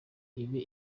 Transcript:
ibe